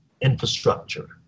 infrastructure